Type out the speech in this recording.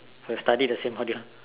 who has studied the same module